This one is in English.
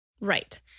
Right